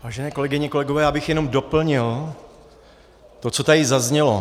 Vážené kolegyně, vážení kolegové, já bych jenom doplnil to, co tady zaznělo.